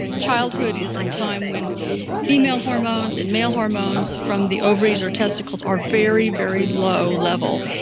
childhood is a time when female hormones and male hormones from the ovaries or testicles are very, very low level.